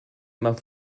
immer